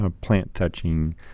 plant-touching